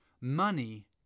Money